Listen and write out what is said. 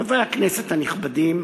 חברי הכנסת הנכבדים,